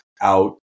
out